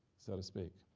so to speak,